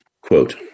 Quote